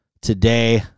Today